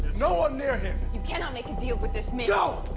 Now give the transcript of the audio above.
no one near him. you cannot make a deal with this man. go!